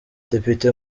depite